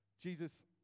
Jesus